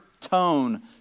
tone